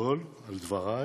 פרוטוקול של דברי